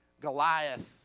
Goliath